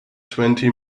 twenty